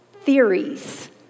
theories